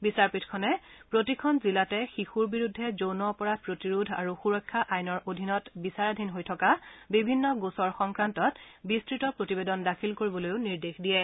বিচাৰপীঠখনে প্ৰতিখন জিলাতে শিশুৰ বিৰুদ্ধে যৌন অপৰাধ প্ৰতিৰোধ আৰু সূৰক্ষা আইনৰ অধীনত বিচাৰাধীন হৈ থকা বিভিন্ন গোচৰ সংক্ৰান্তত বিস্তত প্ৰতিবেদন দাখিল কৰিবলৈও নিৰ্দেশ দিয়ে